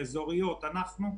רשויות אזוריות ואנחנו,